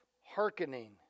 hearkening